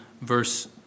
verse